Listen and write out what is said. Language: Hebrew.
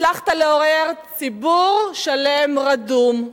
הצלחת לעורר ציבור שלם רדום,